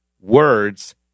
words